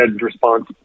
response